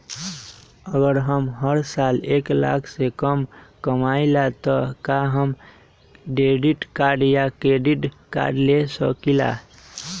अगर हम हर साल एक लाख से कम कमावईले त का हम डेबिट कार्ड या क्रेडिट कार्ड ले सकीला?